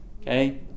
Okay